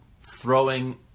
throwing